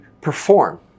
perform